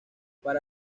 para